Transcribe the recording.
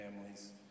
families